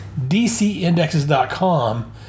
DCindexes.com